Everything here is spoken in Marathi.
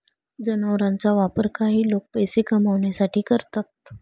जनावरांचा वापर काही लोक पैसे कमावण्यासाठी करतात